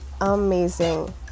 amazing